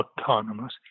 autonomous